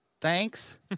thanks